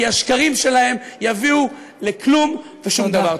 כי השקרים שלהם יביאו לכלום ושום דבר.